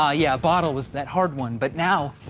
ah yeah, bottle was that hard one. but now,